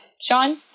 Sean